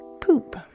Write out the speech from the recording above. poop